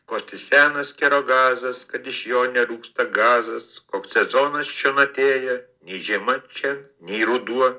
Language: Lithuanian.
koks tai senas kerogazas kad iš jo nerūksta gazas koks sezonas čion atėjo nei žiema čia nei ruduo